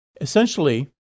Essentially